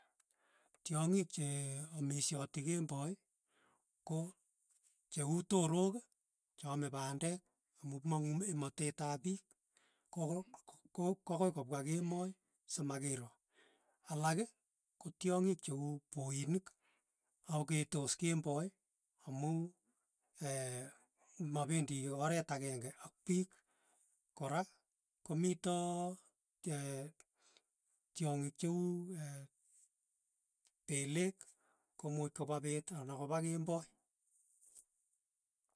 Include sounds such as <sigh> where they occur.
Tyongik chee amishoti kemboi ko che uu torok, cha ame pandek amu mang'u eng' ematet ap piik, ko ko- ko akoi kopwa kemoi simakiro, alak ko tyongik che uu poinik, aketos kemboi amu <hesitation> mapendi oret akeng'e ak pik kora komito chee tyongik che uu <hesitation> peleek komuch kopa peet ana kopa kemboi.